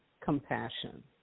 compassion